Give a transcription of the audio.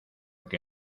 que